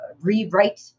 rewrite